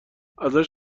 ازش